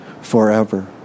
forever